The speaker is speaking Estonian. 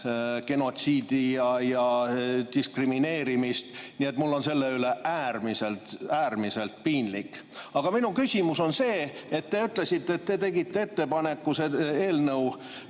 genotsiidi ja diskrimineerimist. Nii et mul on selle üle äärmiselt piinlik. Aga minu küsimus on see. Te ütlesite, et te tegite ettepaneku see eelnõu